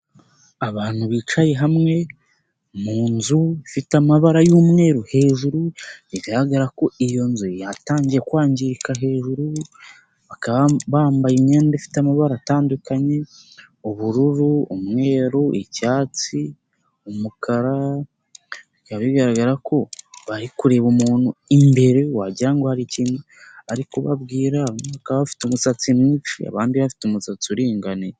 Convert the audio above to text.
Abantu bicaye hamwe mu nzu ifite amabara y'umweru hejuru, bigaragara ko iyo nzu yatangiye kwangirika hejuru, bakaba bambaye imyenda ifite amabara atandukanye: ubururu, umweru, icyatsi, umukara, bikaba bigaragara ko bari kureba umuntu imbere wagira ngo hari ikintu ari kubabwira, bamwe bakaba bafite umusatsi mwinshi abandi bafite umusatsi uringaniye.